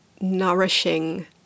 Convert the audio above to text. nourishing